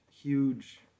huge